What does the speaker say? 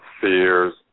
Fears